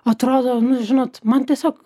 atrodo nu žinot man tiesiog